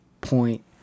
point